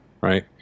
right